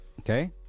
Okay